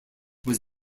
was